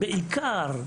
בעיקר,